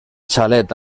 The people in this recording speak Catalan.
xalet